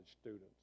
students